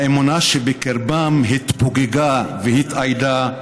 / האמונה שבקרבם התפוגגה והתאיידה.